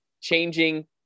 changing